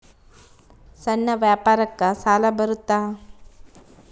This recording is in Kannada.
ಸಣ್ಣ ವ್ಯಾಪಾರಕ್ಕ ಸಾಲ ಬರುತ್ತಾ?